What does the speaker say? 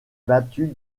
battu